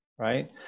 Right